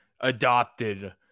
adopted